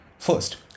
First